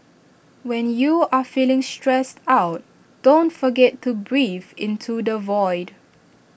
when you are feeling stressed out don't forget to breathe into the void